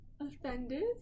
offended